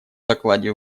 докладе